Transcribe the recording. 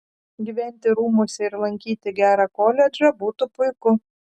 gyventi rūmuose ir lankyti gerą koledžą būtų puiku